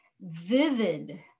vivid